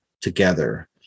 together